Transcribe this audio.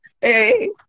hey